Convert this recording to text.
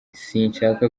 sinshaka